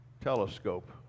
telescope